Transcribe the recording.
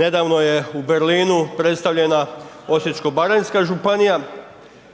Nedavno je u Berlinu predstavljena Osječko-baranjska županija,